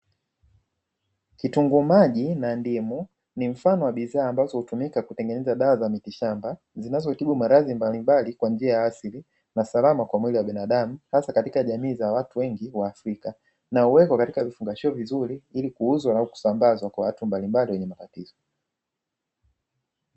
Kitunguu maji na ndimu ni mfano wa bidhaa ambazo hutumika kutengeneza dawa za mitishamba zinazotibu maradhi mbalimbali kwa njia ya asili na salama kwa mwili wa binadamu, hasa katika jamii za watu wengi waafrika na huwekwa kwenye vifungashio vizuri ili kuuzwa au kusambazwa kwa watu mbalimbali wenye matatizo.